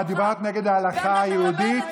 את דיברת נגד ההלכה היהודית.